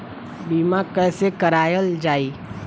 बीमा कैसे कराएल जाइ?